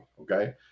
okay